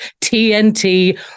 TNT